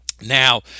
Now